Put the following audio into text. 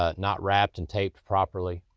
ah not wrapped and taped properly.